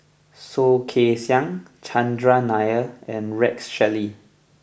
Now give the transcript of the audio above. Soh Kay Siang Chandran Nair and Rex Shelley